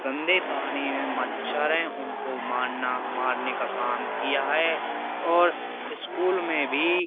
गंदे पानी में मच्छर हैं उनको मारना मारने का काम किया है और इस्कूल में भी